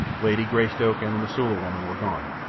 lady greystoke and the mosula woman were gone.